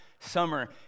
summer